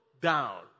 down